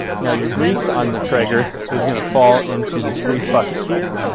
now your grease on the traeger is gonna fall into this grease bucket here,